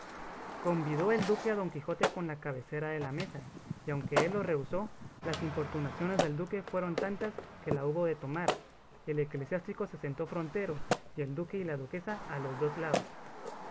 convidó el duque a don quijote con la cabecera de la mesa y aunque él lo rehusó las importunaciones del duque fueron tantas que la hubo de tomar el eclesiástico se sentó frontero y el duque y la duquesa a los dos lados